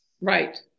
Right